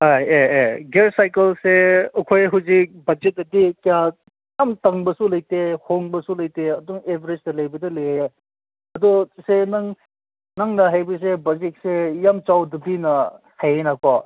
ꯑꯥ ꯑꯦ ꯑꯦ ꯒꯤꯌꯥꯔ ꯁꯥꯏꯀꯜꯁꯦ ꯑꯩꯈꯣꯏ ꯍꯧꯖꯤꯛ ꯕꯖꯦꯠꯇꯗꯤ ꯀꯌꯥ ꯌꯥꯝ ꯇꯥꯡꯕꯁꯨ ꯂꯩꯇꯦ ꯍꯣꯡꯕꯁꯨ ꯂꯩꯇꯦ ꯑꯗꯨꯝ ꯑꯦꯕꯔꯦꯖꯇ ꯂꯩꯕꯗ ꯂꯩꯌꯦ ꯑꯗꯣ ꯁꯦ ꯅꯪ ꯅꯪꯅ ꯍꯥꯏꯕꯁꯦ ꯕꯖꯦꯠꯁꯦ ꯌꯥꯝ ꯆꯥꯎꯗꯕꯤꯅ ꯐꯩꯌꯦꯅꯀꯣ